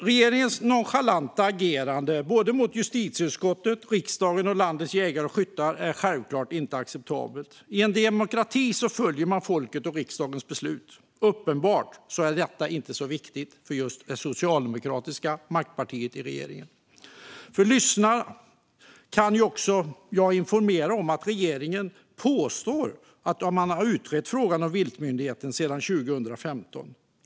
Regeringens nonchalanta agerande mot såväl justitieutskottet och riksdagen som landets jägare och skyttar är självklart inte acceptabelt. I en demokrati följer man folkets och riksdagens beslut, men uppenbarligen är detta inte så viktigt för det socialdemokratiska maktpartiet i regeringen. Jag kan informera den som lyssnar om att regeringen påstår att den har utrett frågan om viltmyndigheten sedan 2015.